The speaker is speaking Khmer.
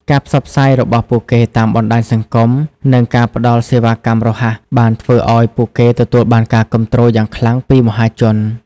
ការផ្សព្វផ្សាយរបស់ពួកគេតាមបណ្ដាញសង្គម និងការផ្តល់សេវាកម្មរហ័ស បានធ្វើឱ្យពួកគេទទួលបានការគាំទ្រយ៉ាងខ្លាំងពីមហាជន។